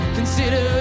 consider